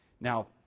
Now